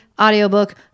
audiobook